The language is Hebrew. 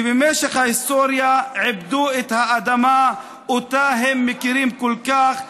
שבמשך ההיסטוריה עיבדו את האדמה שאותה הם מכירים כל כך,